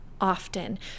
often